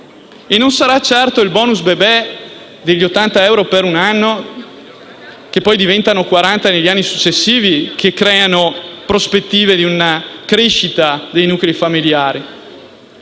E non sarà certo il *bonus* bebè, con quegli 80 euro per un anno - che poi diventano 40 nei successivi - a creare prospettive di crescita dei nuclei familiari.